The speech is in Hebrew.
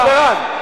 תחליף את הנייר.